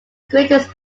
greatest